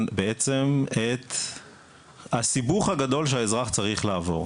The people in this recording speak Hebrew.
את הסיבוך הגדול שהאזרח צריך לעבור.